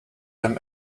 them